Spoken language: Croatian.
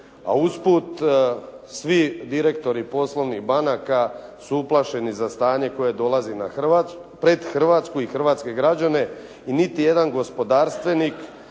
A usput, svi direktori poslovnih banaka su uplašeni za stanje koje dolazi pred Hrvatsku i hrvatske građane i niti jedan gospodarstvenik